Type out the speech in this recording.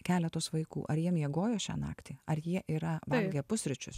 keletos vaikų ar jie miegojo šią naktį ar jie yra valgę pusryčius